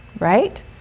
right